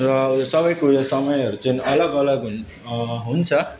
र उयो सबैको उयो समयहरू चाहिँ अलग अलग हुन् हुन्छ